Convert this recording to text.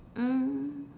um